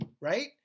right